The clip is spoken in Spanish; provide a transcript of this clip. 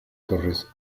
torres